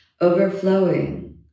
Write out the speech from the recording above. overflowing